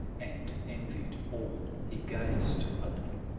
and envied all he gazed upon.